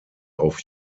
auf